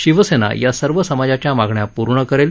शिवसेना या सर्व समाजाच्या मागण्या पूर्ण करेल